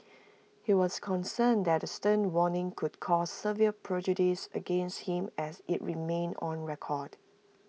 he was concerned that the stern warning would cause severe prejudice against him as IT remained on record